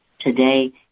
Today